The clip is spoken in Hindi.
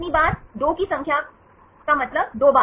कितनी बार 2 की संख्या का मतलब 2 बार है